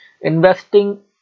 investing